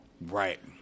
Right